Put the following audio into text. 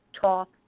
talk